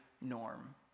norm